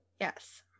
Yes